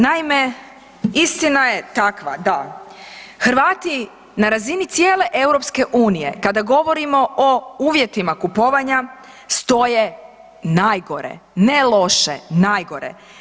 Naime, istina je takva da Hrvati na razini cijele EU kada govorimo o uvjetima kupovanja stoje najgore, ne loše, najgore.